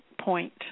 point